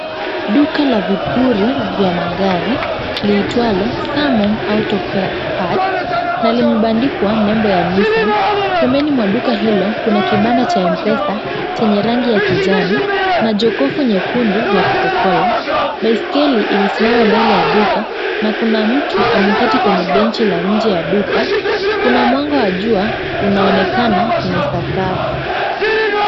Duka la vipuri vya magari liitwalo Samom Auto parts na limebandikwa nembo ya Nissan. Pembeni mwa duka hilo kuna kibanda cha M-pesa chenye rangi ya kijani na jokofu nyekundu ya Coca-Cola. Baiskeli imesimama mbele ya duka na kuna mtu ameketi kwenye benchi la nje ya duka. Kuna mwanga wa jua unaonekana kwenye sakafu.